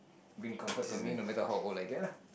bring comfort to me no matter how old I get lah